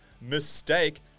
mistake